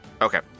Okay